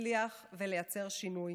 להצליח ולייצר שינוי.